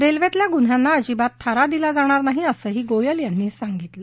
रेल्वेतल्या गुन्ह्यांना अजिबात थारा दिला जाणार नाही असंही गोयल यांनी सांगितलं